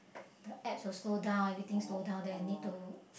the apps will slow down everything slow down then need to